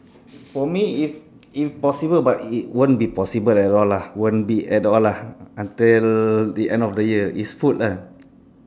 for me if if possible but it won't be possible at all lah won't be at all lah until the end of the year is food ah